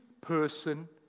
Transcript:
person